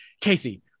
Casey